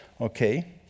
okay